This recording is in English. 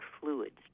fluids